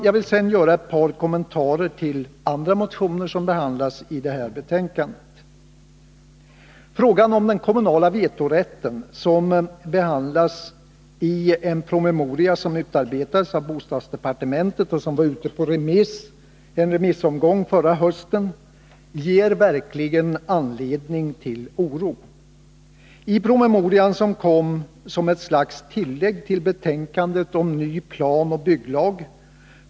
Jag vill sedan göra ett par kommentarer till andra motioner som behandlas i detta betänkande. Frågan om den kommunala vetorätten, som behandlas i en promemoria som utarbetades av bostadsdepartementet och som var ute på en remissomgång förra hösten, ger verkligen anledning till oro. I promemorian, som kom som ett slags tillägg till betänkandet om ny planoch bygglag.